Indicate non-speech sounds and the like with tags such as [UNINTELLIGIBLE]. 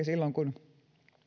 [UNINTELLIGIBLE] silloin kun